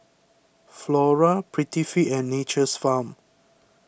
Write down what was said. Flora Prettyfit and Nature's Farm